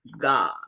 God